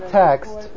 text